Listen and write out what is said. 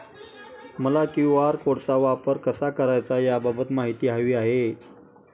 मला क्यू.आर कोडचा वापर कसा करायचा याबाबत माहिती हवी आहे